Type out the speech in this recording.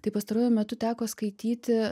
tai pastaruoju metu teko skaityti